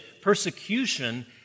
persecution